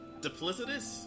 duplicitous